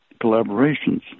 collaborations